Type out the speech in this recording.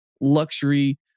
Luxury